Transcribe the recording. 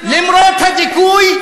למרות הדיכוי,